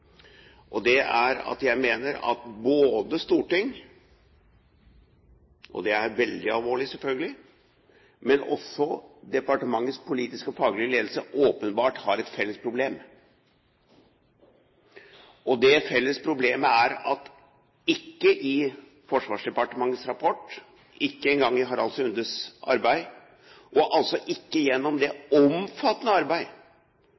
Både Stortinget – det er veldig alvorlig, selvfølgelig – og også departementets politiske og faglige ledelse har åpenbart et felles problem. Det felles problemet er at vi ikke i Forsvarsdepartementets rapport, ikke engang i Harald Sundes arbeid og ikke gjennom det omfattende arbeid